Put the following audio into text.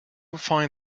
find